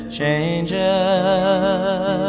changes